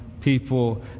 people